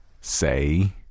Say